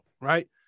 right